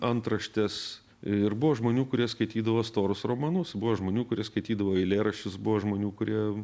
antraštes ir buvo žmonių kurie skaitydavo storus romanus buvo žmonių kuris skaitydavo eilėraščius buvo žmonių kurie